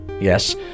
Yes